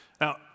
Now